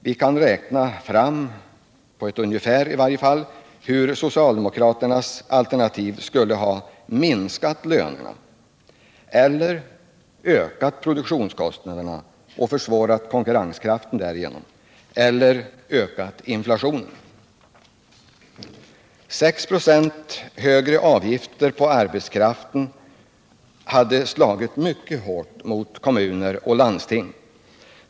Vi kan ganska väl räkna fram hur socialdemokraternas alternativ skulle ha minskat lönerna eller ökat produktionskostnaderna och därigenom försvårat konkurrenskraften, eller ökat inflationen. Med 6 96 i högre avgifter på arbetskraften hade kommuner och landsting drabbats hårt.